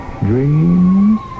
dreams